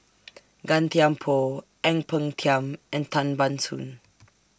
Gan Thiam Poh Ang Peng Tiam and Tan Ban Soon